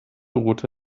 route